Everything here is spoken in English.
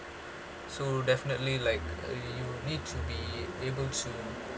so definitely like uh you need to be able to